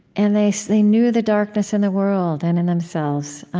and they so they knew the darkness in the world, and in themselves.